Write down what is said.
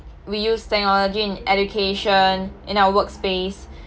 we use technology in education in our workspace